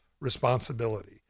responsibility